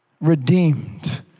Redeemed